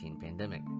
pandemic